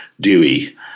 Dewey